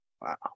Wow